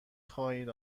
خواهید